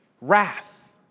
wrath